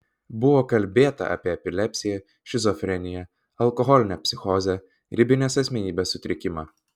buvo kalbėta apie epilepsiją šizofreniją alkoholinę psichozę ribinės asmenybės sutrikimą